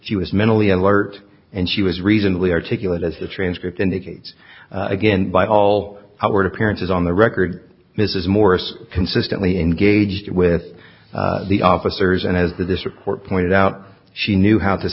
she was mentally alert and she was reasonably articulate as the transcript indicates again by all outward appearances on the record mrs morris consistently engaged with the officers and as this report pointed out she knew how to